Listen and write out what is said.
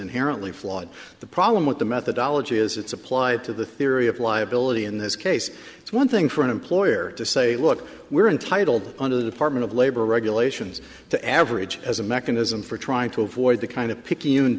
inherently flawed the problem with the methodology is it's applied to the theory of liability in this case it's one thing for an employer to say look we're entitled under the department of labor regulations to average as a mechanism for trying to avoid the kind of pic